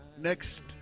next